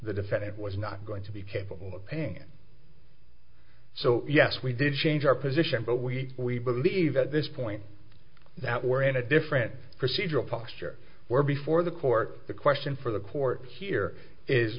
the defendant was not going to be capable of paying it so yes we did change our position but we we believe at this point that we're in a different procedural posture where before the court the question for the court here is